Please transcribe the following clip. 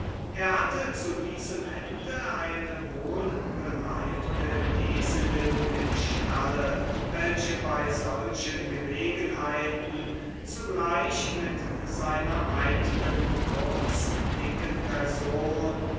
er hatte zu diesem ende eine eigene eselin im stalle welche bei solchen gelegenheiten zugleich mit seiner eignen kurzdicken person